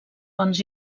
fonts